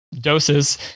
doses